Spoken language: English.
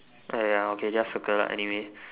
!aiya! okay just circle lah anyway